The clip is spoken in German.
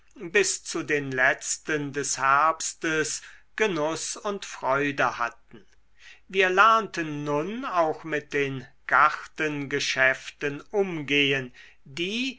bis zu den letzten des herbstes genuß und freude hatten wir lernten nun auch mit den gartengeschäften umgehen die